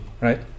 right